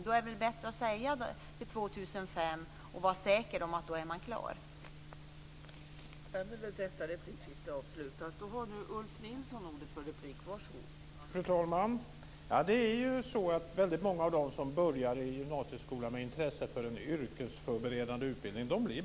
Då är det bättre att säga 2005 och vara säker på att man är klar då.